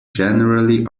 generally